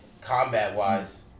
combat-wise